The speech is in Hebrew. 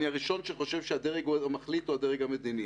אני הראשון שחושב שהדרג המחליט הוא הדרג המדיני,